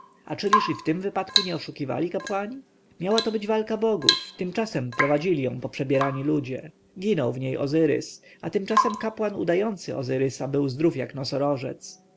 a czyliż i w tym wypadku nie oszukiwali kapłani miała to być walka bogów tymczasem prowadzili ją poprzebierani ludzie ginął w niej ozyrys a tymczasem kapłan udający ozyrysa był zdrów jak